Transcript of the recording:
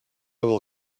will